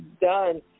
done